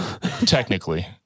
Technically